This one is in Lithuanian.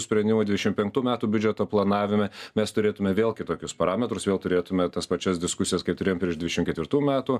sprendimų dvidešim penktų metų biudžeto planavime mes turėtume vėl kitokius parametrus vėl turėtume tas pačias diskusijas kaip turėjom prieš dvidešim ketvirtų metų